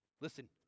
listen